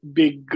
big